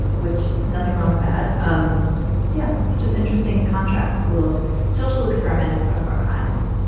and which. nothing wrong with that. um yeah, it's just interesting. contrasts little social experiment in front of our eyes